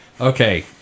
Okay